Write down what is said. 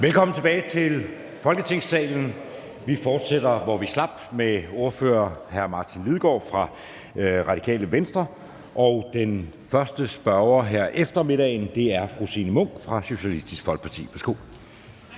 Velkommen tilbage til Folketingssalen. Vi fortsætter, hvor vi slap, med ordfører hr. Martin Lidegaard fra Radikale Venstre. Og den første spørger her efter middagen er fru Signe Munk fra Socialistisk Folkeparti.